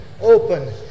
Open